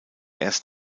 erst